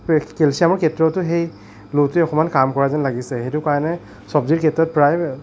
কেলচিয়ামৰ ক্ষেত্ৰটো সেই লোটোৱে অকণমান কাম কৰা যেন লাগিছে সেইটো কাৰণে চব্জিৰ ক্ষেত্ৰত প্ৰায়